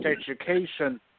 education